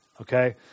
Okay